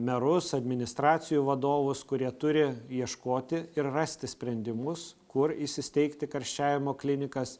merus administracijų vadovus kurie turi ieškoti ir rasti sprendimus kur įsisteigti karščiavimo klinikas